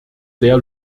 sehr